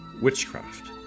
witchcraft